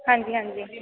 ਹਾਂਜੀ ਹਾਂਜੀ